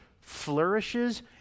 flourishes